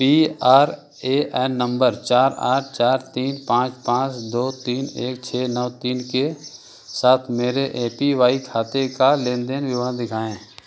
P R A N number चार आठ चार तीन पाँच पाँच दो तीन एक छः नौ तीन के साथ मेरे ए पी वाई खाते का लेन देन विवरण दिखाएँ